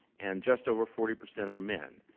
and just over forty percent are men.